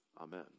Amen